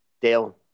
Dale